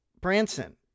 Branson